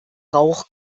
rauch